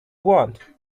want